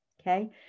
okay